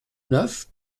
neuf